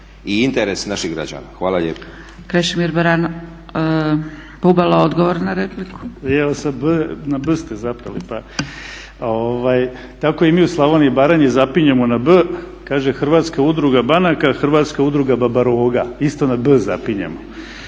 i interes naših građana. Hvala lijepa.